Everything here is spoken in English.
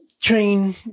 train